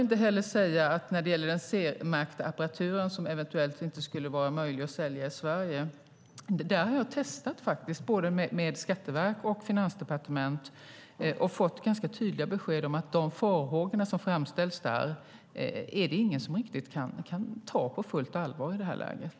När det gäller den CE-märkta apparaturen, som eventuellt inte skulle vara möjlig att sälja i Sverige, har jag faktiskt frågat både Skatteverket och Finansdepartementet och fått ganska tydliga besked om att de farhågor som framställs där kan ingen riktigt ta på fullt allvar i det här läget.